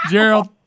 Gerald